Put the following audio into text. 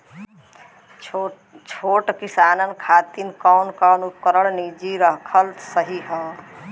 छोट किसानन खातिन कवन कवन उपकरण निजी रखल सही ह?